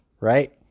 right